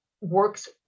works